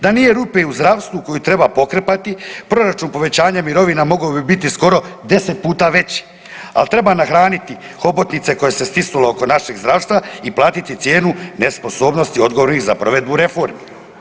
Da nije rupe u zdravstvu koju treba pokrpati, proračun povećanja mirovina mogao bi biti skoro 10 puta veći, ali treba nahraniti hobotnice koja se stisnula oko našeg zdravstva i platiti cijenu nesposobnosti odgovorni za provedbu reformi.